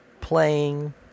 playing